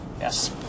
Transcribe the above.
Yes